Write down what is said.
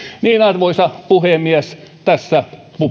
arvoisa puhemies tässä